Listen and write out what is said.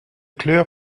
kleur